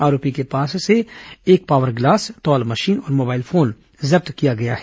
आरोपी के पास से एक पावर ग्लास तौल मशीन और मोबाइल फोन जब्त किया गया है